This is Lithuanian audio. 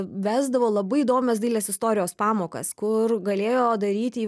vesdavo labai įdomias dailės istorijos pamokas kur galėjo daryti